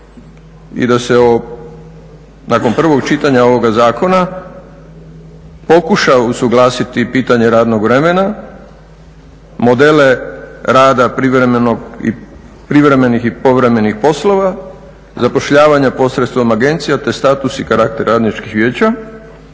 i da se nakon prvog čitanja ovoga zakona pokuša usuglasiti pitanje radnog vremena, modele rada privremenih i povremenih poslova, zapošljavanja posredstvom agencija te status i karakter radničkih vijeća,